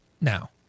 now